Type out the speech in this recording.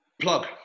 plug